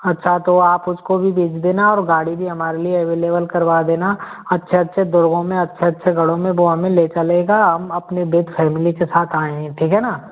अच्छा तो आप उसको भी भेज देना और गाड़ी भी हमारे लिए अवेलेबल करवा देना अच्छे अच्छे दुर्गो में अच्छे अच्छे गढ़ो में वो हमे ले चलेगा ले हम अपने विथ फैमिली के साथ आए हैं ठीक है ना